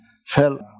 Fell